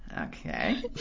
Okay